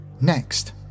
Next